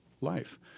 life